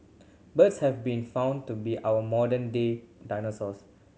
birds have been found to be our modern day dinosaurs